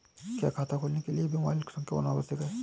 क्या खाता खोलने के लिए मोबाइल संख्या होना आवश्यक है?